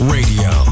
Radio